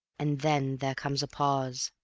and then there comes a pause,